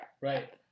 right